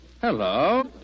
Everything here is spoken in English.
Hello